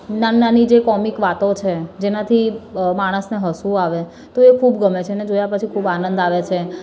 નાની નાની જે કૉમિક વાતો છે જેનાથી માણસને હસવું આવે તો એ ખૂબ ગમે છે અને જોયા પછી ખૂબ આનંદ આવે છે